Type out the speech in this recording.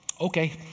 okay